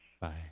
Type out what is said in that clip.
Bye